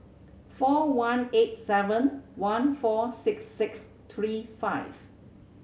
four one eight seven one four six six three five